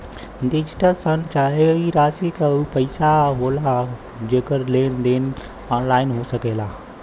digital शन चाहे ई राशी ऊ पइसा होला जेकर लेन देन ऑनलाइन हो सकेला